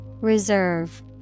Reserve